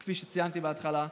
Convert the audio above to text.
כפי שציינתי בהתחלה,